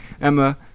Emma